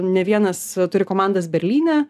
ne vienas turi komandas berlyne